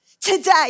today